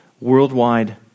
worldwide